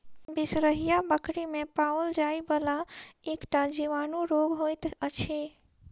बिसरहिया बकरी मे पाओल जाइ वला एकटा जीवाणु रोग होइत अछि